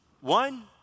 One